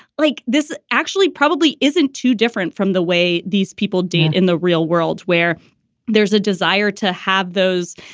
like this actually probably isn't too different from the way these people did in the real world where there's a desire to have those,